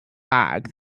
bag